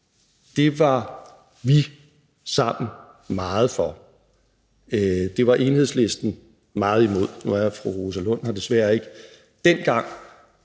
Det var vi sammen meget for. Det var Enhedslisten meget imod. Nu er fru Rosa Lund her desværre ikke,